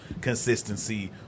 consistency